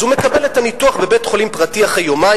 אז הוא מקבל את הניתוח בבית-חולים פרטי אחרי יומיים.